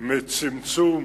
מצמצום